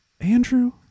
Andrew